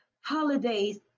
holidays